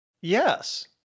Yes